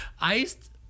iced